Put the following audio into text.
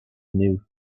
new